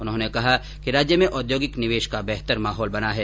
उन्होंने कहा कि राज्य में औद्योगिक निवेश का बेहतर माहौल बना है